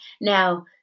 Now